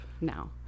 now